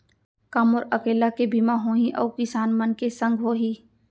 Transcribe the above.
का मोर अकेल्ला के बीमा होही या अऊ किसान मन के संग होही?